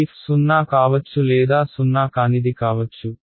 ఈ f సున్నా కావచ్చు లేదా సున్నా కానిది కావచ్చు